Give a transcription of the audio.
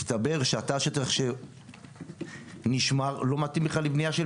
נבקש גם מהשר לשמוע על המדיניות של